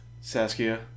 Saskia